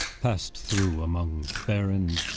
passed through among barren,